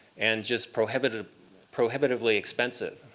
and just prohibitively prohibitively expensive.